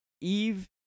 eve